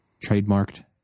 trademarked